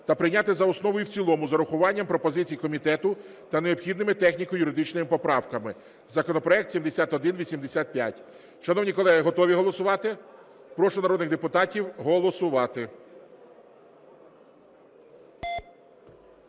та прийняти за основу і в цілому з урахуванням пропозицій комітету та необхідними техніко-юридичними поправками законопроект 7185. Шановні колеги, голові голосувати? Прошу народних депутатів голосувати.